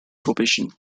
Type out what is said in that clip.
probation